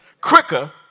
quicker